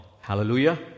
Hallelujah